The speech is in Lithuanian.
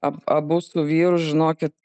ab abu su vyru žinokit